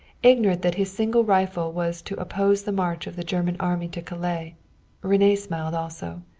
ignorant that his single rifle was to oppose the march of the german army to calais rene smiled also.